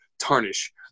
tarnish